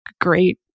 great